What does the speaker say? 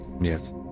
yes